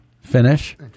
finish